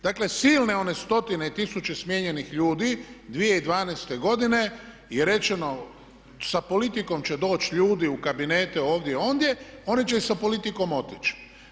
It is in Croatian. Dakle, silne one stotine i tisuće smijenjenih ljudi 2012. godine je rečeno sa politikom će doći ljudi u kabinete, ovdje i ondje oni će sa politikom otići.